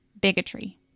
bigotry